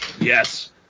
Yes